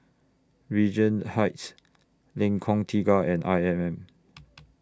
Regent Heights Lengkong Tiga and I M M